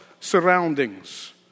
surroundings